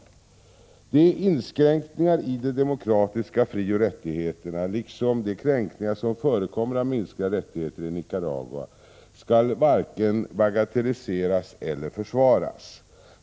De inskränkningar i de demokratiska frioch rättigheterna liksom de kränkningar av mänskliga rättigheter som förekommer i Nicaragua skall varken bagatelliseras eller försvaras.